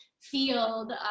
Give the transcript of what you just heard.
field